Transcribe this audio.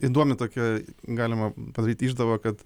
įdomią tokią galima padaryt išdava kad